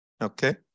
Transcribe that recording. Okay